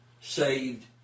saved